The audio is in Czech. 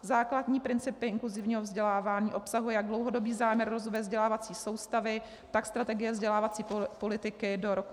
Základní principy inkluzivního vzdělávání obsahují jak dlouhodobý záměr rozvoje vzdělávací soustavy, tak strategie vzdělávací politiky do roku 2020.